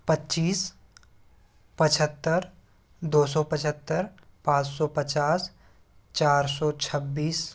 पच्चीस पचहत्तर दो सौ पचहत्तर पाँच सौ पचास चार सौ छब्बीस